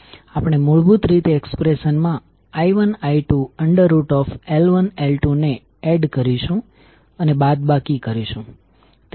આપણે મૂળભૂત રીતે એક્સપ્રેશનમાં i1i2L1L2 ને એડ કરીશું અને બાદબાકી કરીશું